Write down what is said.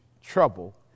trouble